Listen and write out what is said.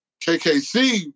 KKC